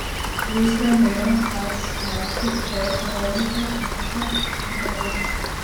jis negalėjo sau atleisti už jai parodytą nuožmią laukinę aistrą